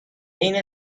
عین